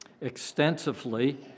extensively